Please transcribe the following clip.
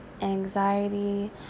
anxiety